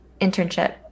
internship